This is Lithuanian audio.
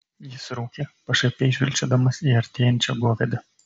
jis rūkė pašaipiai žvilgčiodamas į artėjančią govėdą